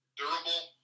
durable